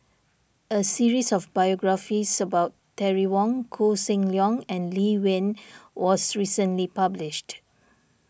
a series of biographies about Terry Wong Koh Seng Leong and Lee Wen was recently published